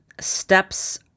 steps